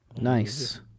Nice